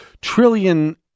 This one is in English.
trillion